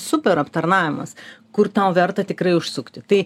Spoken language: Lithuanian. super aptarnavimas kur tau verta tikrai užsukti tai